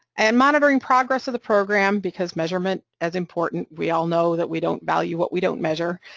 and monitoring progress of the program because measurement, as important, we all know that we don't value what we don't measure,